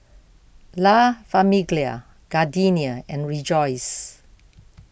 La Famiglia Gardenia and Rejoice